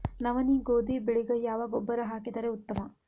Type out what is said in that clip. ನವನಿ, ಗೋಧಿ ಬೆಳಿಗ ಯಾವ ಗೊಬ್ಬರ ಹಾಕಿದರ ಉತ್ತಮ?